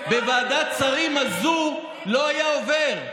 בוועדת שרים הזאת לא היה עובר.